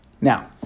Now